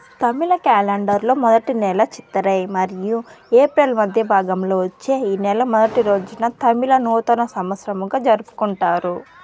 తమిళ క్యాలెండర్లో మొదటి నెల చిత్తరై మరియు ఏప్రిల్ మధ్య భాగంలో వచ్చే ఈ నెల మొదటి రోజున తమిళ నూతన సంవత్సరంగా జరుపుకుంటారు